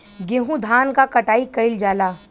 गेंहू धान क कटाई कइल जाला